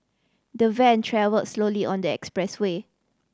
the van travelled slowly on their expressway